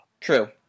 True